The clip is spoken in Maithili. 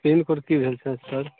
पिनकोड की भेल सर सर